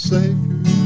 Savior